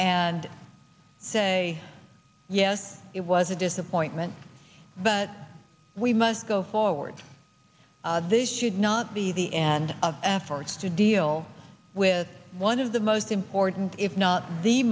and say yes it was a disappointment but we must go forward this should not be the end of efforts to deal with one of the most important if not the